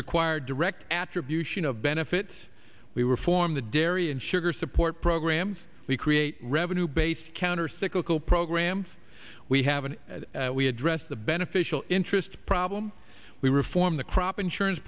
require direct attribution of benefits we reform the dairy and sugar support programs we create revenue based countercyclical programs we have an we address the beneficial interest problem we reform the crop insurance